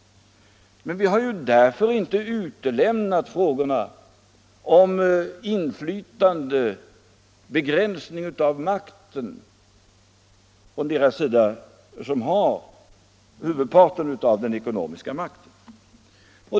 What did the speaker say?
Vi har därför inte utelämnat frågorna om inflytande och begränsning av den ekonomiska makten hos dem som har huvudparten av den.